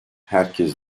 herkes